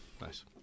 Nice